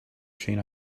train